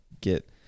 get